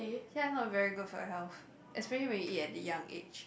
ya not very good for your health especially when you eat at the young age